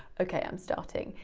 okay, i'm starting,